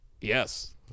yes